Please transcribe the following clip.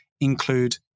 include